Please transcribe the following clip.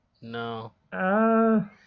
No